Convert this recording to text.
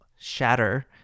Shatter